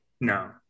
No